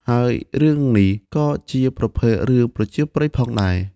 ហើយរឿងនេះ ក៏ជាប្រភេទរឿងប្រជាប្រិយផងដែរ។